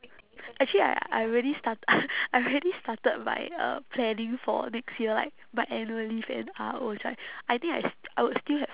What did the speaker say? actually I I already start~ I already started my uh planning for next year like my annual leave and uh I think I st~ I would still have